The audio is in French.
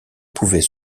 pouvait